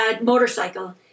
Motorcycle